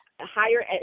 higher